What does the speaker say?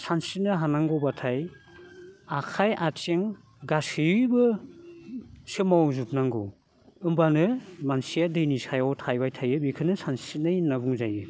सानस्रिनो हानांगौब्लाथाय आखाय आथिं गासैबो सोमावजोबनांगौ होमब्लानो मानसिया दैनि सायाव थाबाय थायो बेखौनो सानस्रिनाय होनना बुंजायो